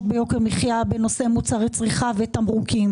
ביוקר מחייה בנושא מוצרי צריכה ותמרוקים.